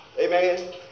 Amen